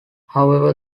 however